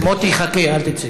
מוטי, חכה, אל תצא.